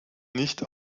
nicht